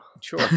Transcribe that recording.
Sure